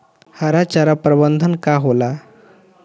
हरा चारा प्रबंधन का होला?